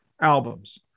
albums